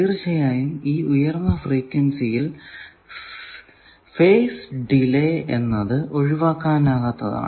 തീർച്ചയായും ഈ ഉയർന്ന ഫ്രീക്വെൻസിയിൽ ഫേസ് ഡിലെ എന്നത് ഒഴിവാക്കാനാകാത്തതാണ്